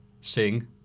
sing